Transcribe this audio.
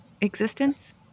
existence